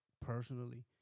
personally